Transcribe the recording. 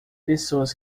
pessoas